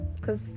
Cause